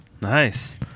Nice